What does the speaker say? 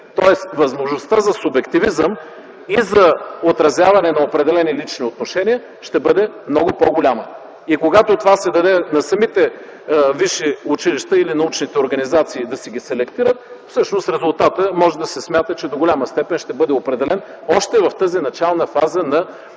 Тоест възможността за субективизъм и за отразяване на определени лични отношения ще бъде много по-голяма. И когато това се даде на самите висши училища или научните организации да си ги селектират, всъщност може да се смята, че резултатът до голяма степен ще бъде определен още в тази начална фаза на